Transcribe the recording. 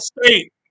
State